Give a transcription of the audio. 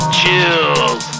chills